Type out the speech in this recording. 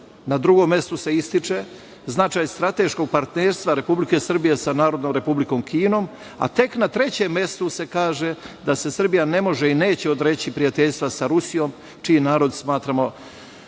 Na drugom mestu se ističe značaj strateškog partnerstva Republike Srbije sa narodnom Republikom Kinom, a tek na trećem mestu se kaže da se Srbija ne može i neće odreći prijateljstva sa Rusijom, čiji narod smatramo